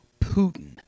Putin